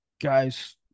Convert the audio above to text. guy's